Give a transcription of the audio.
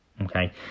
okay